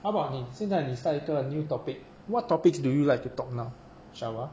how about 你现在你 start 一个 new topic what topics do you like to talk now shower